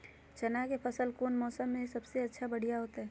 चना के फसल कौन मौसम में सबसे बढ़िया होतय?